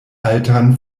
altan